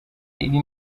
iri